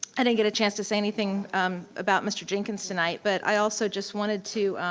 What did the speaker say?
i didn't get a chance to say anything about mr. jenkins tonight, but i also just wanted to